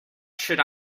should